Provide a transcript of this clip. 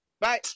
Bye